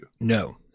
No